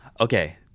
Okay